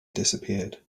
disappeared